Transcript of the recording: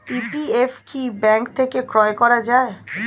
PPF কি bank থেকে ক্রয় করা যায়?